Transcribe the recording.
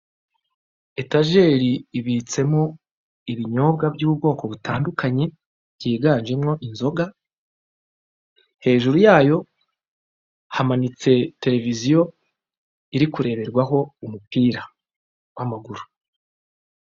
Etajeri ibitsemo, ibinyobwa by'ubwoko butandukanye byiganjemo inzoga , hejuru yayo hamanitse tereviziyo iri kureberwaho, umupira w'amaguru.